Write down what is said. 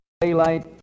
daylight